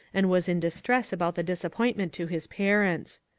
and was in distress about the disappointment to his parents.